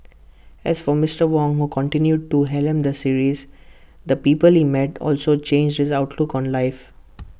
as for Mister Wong who continues to helm the series the people he met also changed his outlook on life